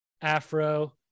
Afro